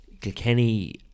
Kilkenny